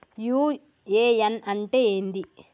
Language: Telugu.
యు.ఎ.ఎన్ అంటే ఏంది?